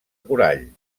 corall